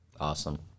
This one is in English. Awesome